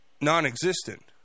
non-existent